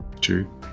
True